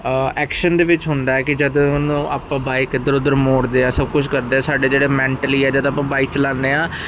action ਦੇ ਵਿੱਚ ਹੁੰਦਾ ਹੈ ਕਿ ਜਦੋਂ ਆਪਾਂ ਬਾਇਕ ਇੱਧਰ ਉੱਧਰ ਮੋੜਦੇ ਆ ਸਭ ਕੁਝ ਕਰਦੇ ਸਾਡੇ ਜਿਹੜੇ ਮੈਂਟਲੀ ਆ ਜਦ ਆਪਾਂ ਬਾਈਕ ਚਲਾਉਂਦੇ ਆ